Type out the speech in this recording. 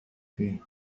فيه